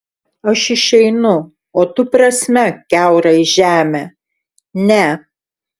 aš išeinu o tu prasmek kiaurai žemę ne